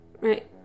right